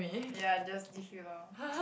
ya just give you lor